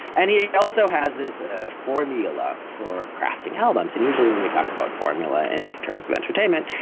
and he also has this ah formula for crafting albums. and usually when you talk about formula and terms of entertainment,